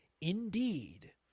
Indeed